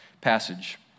passage